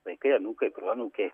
vaikai anūkai proanūkiai